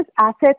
assets